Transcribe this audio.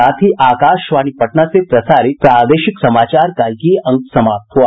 इसके साथ ही आकाशवाणी पटना से प्रसारित प्रादेशिक समाचार का ये अंक समाप्त हुआ